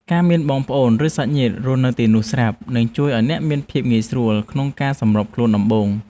ការមានបងប្អូនឬសាច់ញាតិរស់នៅទីនោះស្រាប់នឹងជួយឱ្យអ្នកមានភាពងាយស្រួលក្នុងការសម្របខ្លួនដំបូង។